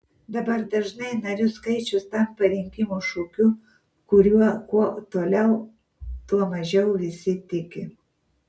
dabar dažnai narių skaičius tampa rinkimų šūkiu kuriuo kuo toliau tuo mažiau visi tiki